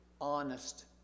honest